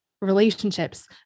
relationships